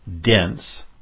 dense